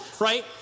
Right